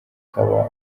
kaba